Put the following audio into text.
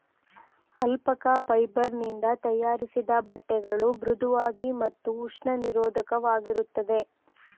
alpaca fibre ನಿಂದ ತಯಾರಿಸಿದ ಬಟ್ಟೆಗಳು ಮೃಧುವಾಗಿ ಮತ್ತು ಉಷ್ಣ ನಿರೋಧಕವಾಗಿರುತ್ತದೆ